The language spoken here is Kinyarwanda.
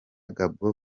gabon